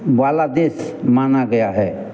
वाला देश माना गया है